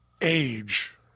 age